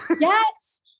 Yes